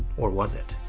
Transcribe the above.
or was it?